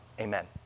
Amen